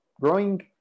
growing